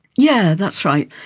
yeah that's right,